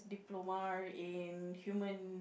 diploma in human